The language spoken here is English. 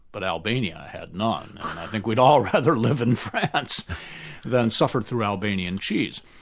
but albania had none, and i think we'd all rather live in france than suffer through albanian cheese,